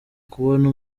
kubona